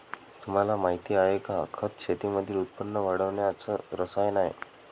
तुम्हाला माहिती आहे का? खत शेतीमधील उत्पन्न वाढवण्याच रसायन आहे